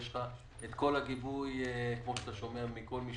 יש לך את כל הגיבוי מכל מי